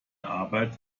arbeit